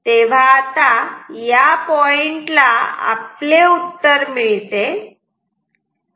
तेव्हा आता या पॉइंट ला आपले उत्तर मिळते